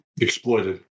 exploited